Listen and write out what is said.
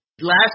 Last